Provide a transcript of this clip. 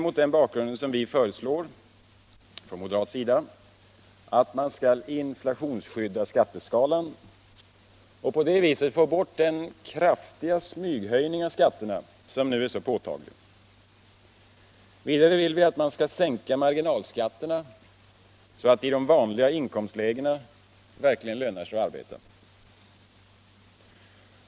Av den anledningen föreslår vi moderater att man skall inflationsskydda skatteskalan och på det viset få bort den kraftiga smyghöjning av skatterna som nu är så påtaglig. Vidare vill vi att man skall sänka marginalskatterna så att det i de vanliga inkomstlägena verkligen lönar sig att arbeta.